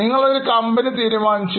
നിങ്ങൾ ഒരു കമ്പനി തീരുമാനിച്ചു